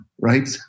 right